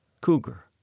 cougar